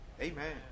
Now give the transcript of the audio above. Amen